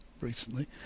recently